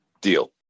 deal